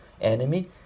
enemy